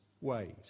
ways